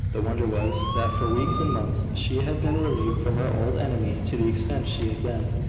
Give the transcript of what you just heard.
the wonder was, that for weeks and months she had been relieved from her old enemy to the extent she had been.